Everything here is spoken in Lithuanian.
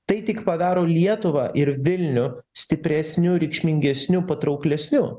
tai tik padaro lietuvą ir vilnių stipresniu reikšmingesniu patrauklesniu